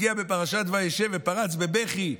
הגיע בפרשת וישב ופרץ בבכי: